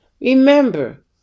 Remember